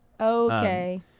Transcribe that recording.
Okay